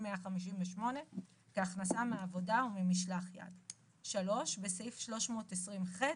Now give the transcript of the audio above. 158 כהכנסה מעבודה או ממשלח יד"; (3)בסעיף 320(ח),